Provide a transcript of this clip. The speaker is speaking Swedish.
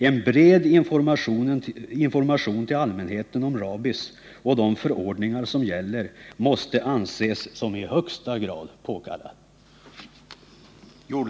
En bred information till allmänheten om rabies och om de förordningar som gäller måste anses som i högsta grad påkallad.